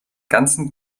ganzen